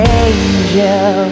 angel